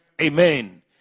Amen